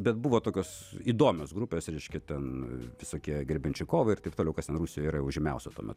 bet buvo tokios įdomios grupės reiškia ten visokie grebenščikovai ir taip toliau kas ten rusijoj yra jau žymiausia tuo metu